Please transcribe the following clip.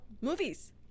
Movies